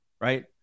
right